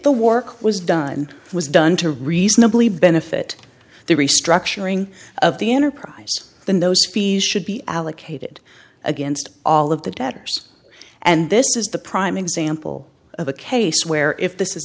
the work was done was done to reasonably benefit the restructuring of the enterprise than those fees should be allocated against all of the debtors and this is the prime example of a case where if this